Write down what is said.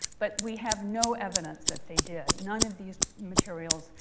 but we have no evidence that they did. none of these materials,